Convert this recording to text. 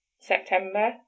September